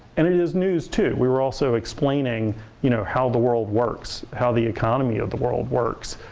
and it is news too. we were also explaining you know how the world works, how the economy of the world works,